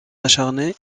acharné